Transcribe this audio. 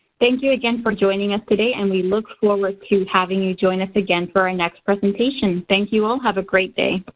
thank you again for joining us today and we look forward to having you join us again for our next presentation. thank you all, have a great day.